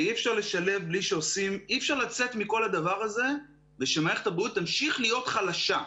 אי אפשר לצאת מכל הדבר הזה ושמערכת הבריאות תמשיך להיות חלשה,